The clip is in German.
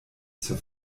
zur